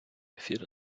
ефір